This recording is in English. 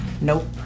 Nope